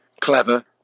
clever